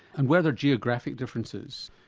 and were there geographic differences?